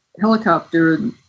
helicopter